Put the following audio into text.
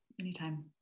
anytime